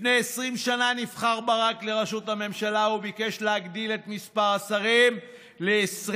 לפני 20 שנה נבחר ברק לראשות הממשלה וביקש להגדיל את מספר השרים ל-24,